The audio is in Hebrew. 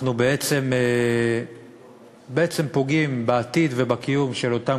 אנחנו בעצם פוגעים בעתיד ובקיום של אותם